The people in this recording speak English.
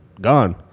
Gone